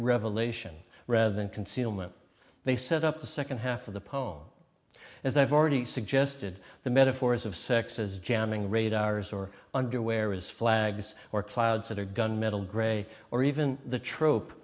revelation rather than concealment they set up the second half of the poem as i've already suggested the metaphors of sex as jamming radars or underwear is flags or clouds that are gun metal gray or even the troop